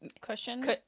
cushion